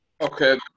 Okay